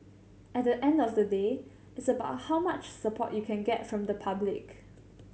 at the end of the day it's about how much support you can get from the public